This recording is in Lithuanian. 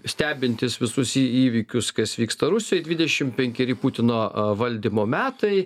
stebintis visus įvykius kas vyksta rusijoj dvidešim penkeri putino valdymo metai